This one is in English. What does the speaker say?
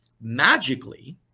magically